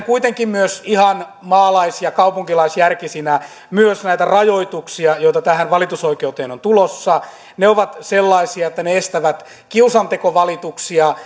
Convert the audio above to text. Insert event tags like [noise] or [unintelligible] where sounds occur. [unintelligible] kuitenkin ihan maalais ja kaupunkilaisjärkisinä myös näitä rajoituksia joita tähän valitusoikeuteen on tulossa ne ovat sellaisia että ne estävät kiusantekovalituksia [unintelligible]